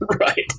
Right